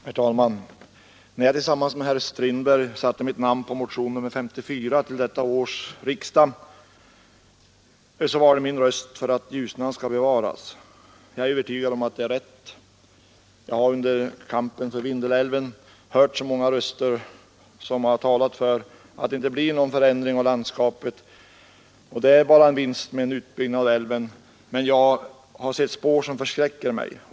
Herr talman! När jag — tillsammans med herr Strindberg — satte mitt namn under motionen 54 till detta års riksdag var det min röst för att Ljusnan skall bevaras. Jag är övertygad om att det är rätt. Jag har under kampen för Vindelälven hört många röster som har talat för att det inte blir någon förändring av landskapet och att det bara är en vinst med en utbyggnad av älven, men jag har sett spår som förskräcker mig.